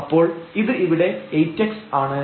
അപ്പോൾ ഇത് ഇവിടെ 8x ആണ്